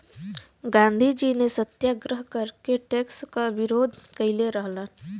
गांधीजी ने सत्याग्रह करके टैक्स क विरोध कइले रहलन